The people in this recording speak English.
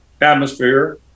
atmosphere